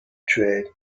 trade